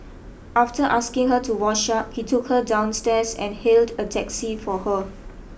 after asking her to wash up he took her downstairs and hailed a taxi for her